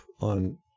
on